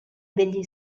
degli